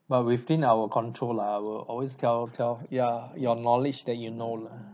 but within our control lah I will always tell tell ya your knowledge that you know lah